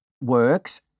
works